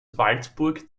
waldburg